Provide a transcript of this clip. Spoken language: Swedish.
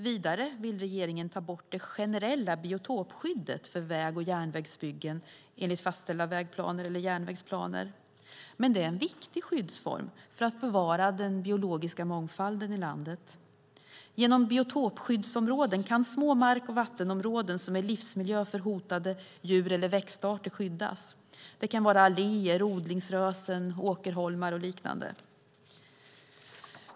Vidare vill regeringen ta bort det generella biotopskyddet för väg och järnvägsbyggen enligt fastställda vägplaner eller järnvägsplaner. Men det är en viktig skyddsform för att bevara den biologiska mångfalden i landet. Genom biotopskyddsområden kan små mark och vattenområden som är livsmiljö för hotade djur eller växtarter skyddas. Det kan vara alléer, odlingsrösen, åkerholmar och liknande.